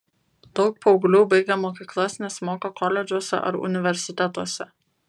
daug paauglių baigę mokyklas nesimoko koledžuose ar universitetuose